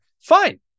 fine